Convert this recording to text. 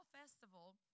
Festival